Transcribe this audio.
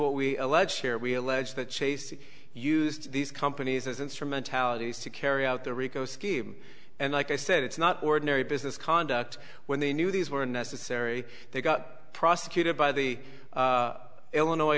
allege that chases used these companies as instrumentalities to carry out the rico scheme and like i said it's not ordinary business conduct when they knew these were necessary they got prosecuted by the illinois